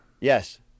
Yes